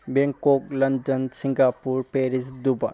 Bangkok London Singapore Paris Dubai